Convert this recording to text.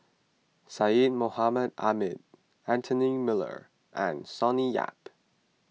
Syed Mohamed Ahmed Anthony Miller and Sonny Yap